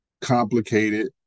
complicated